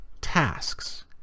tasks